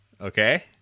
Okay